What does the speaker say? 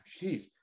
Jeez